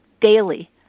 daily